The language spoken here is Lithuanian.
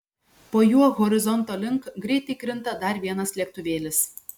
po juo horizonto link greitai krinta dar vienas lėktuvėlis